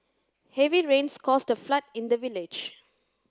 heavy rains caused a flood in the village